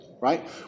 right